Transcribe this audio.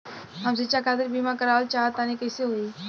हम शिक्षा खातिर बीमा करावल चाहऽ तनि कइसे होई?